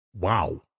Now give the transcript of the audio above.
wow